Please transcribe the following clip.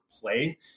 play